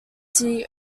city